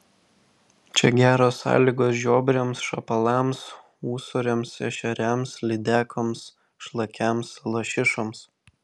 čia geros sąlygos žiobriams šapalams ūsoriams ešeriams lydekoms šlakiams lašišoms